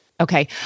Okay